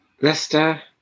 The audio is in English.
Leicester